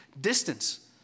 distance